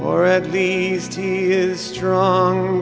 or at least he is strong